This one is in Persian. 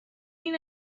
این